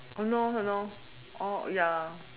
!huh! no !huh! no oh ya